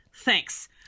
Thanks